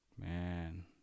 Man